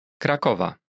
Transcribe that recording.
Krakowa